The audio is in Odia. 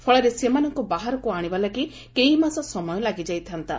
ଫଳରେ ସେମାନଙ୍କୁ ବାହାରକୁ ଆଣିବା ପାଇଁ କେଇମାସ ସମୟ ଲାଗିଯାଇଥାନ୍ତା